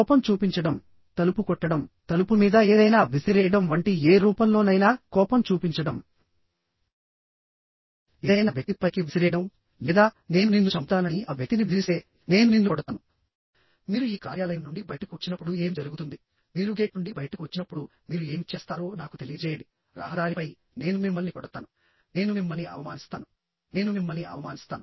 కోపం చూపించడం తలుపు కొట్టడం తలుపు మీద ఏదైనా విసిరేయడం వంటి ఏ రూపంలోనైనా కోపం చూపించడంఏదైనా వ్యక్తి పైకి విసిరేయడం లేదా నేను నిన్ను చంపుతానని ఆ వ్యక్తిని బెదిరిస్తే నేను నిన్ను కొడతాను మీరు ఈ కార్యాలయం నుండి బయటకు వచ్చినప్పుడు ఏమి జరుగుతుంది మీరు గేట్ నుండి బయటకు వచ్చినప్పుడు మీరు ఏమి చేస్తారో నాకు తెలియజేయండి రహదారిపై నేను మిమ్మల్ని కొడతాను నేను మిమ్మల్ని అవమానిస్తాను నేను మిమ్మల్ని అవమానిస్తాను